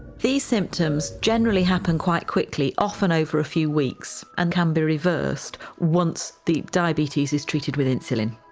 these symptoms generally happen quite quickly often over a few weeks and come be reversed once the diabetes is treated with insulin.